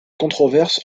controverse